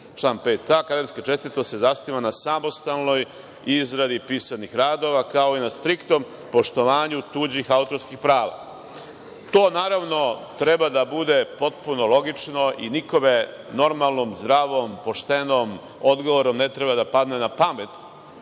Član 5a – Akademska čestitost se zasniva na samostalnoj izradi pisanih radova, kao i na striktnom poštovanju tuđih autorskih prava. To naravno treba da bude potpuno logično i nikome normalnom, zdravom, poštenom, odgovornom ne treba da padne na pamet